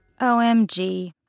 OMG